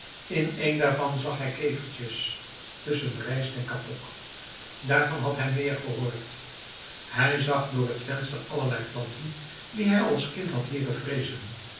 in één daarvan zag hij kevertjes tussen rijst en kapok daarvan had hij meer gehoord hij zag door het venster allerlei planten die hij als kind had leren vrezen